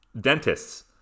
dentists